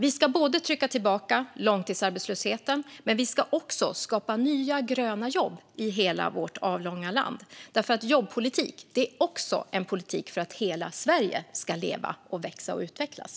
Vi ska både trycka tillbaka långtidsarbetslösheten och skapa nya gröna jobb i hela vårt avlånga land. För jobbpolitik är också en politik för att hela Sverige ska leva, växa och utvecklas.